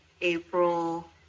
April